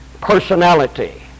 personality